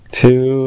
two